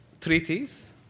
treaties